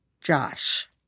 Josh